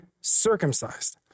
circumcised